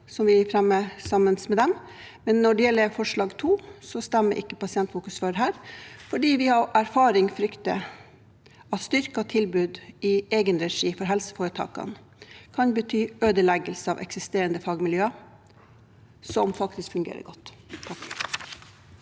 som vi fremmer sammen med dem. Når det gjelder forslag nr. 2, stemmer ikke Pasientfokus for det, fordi vi av erfaring frykter at styrket tilbud i egen regi for helseforetakene kan bety ødeleggelse av eksisterende fagmiljøer som faktisk fungerer godt.